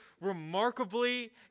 remarkably